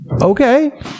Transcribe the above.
Okay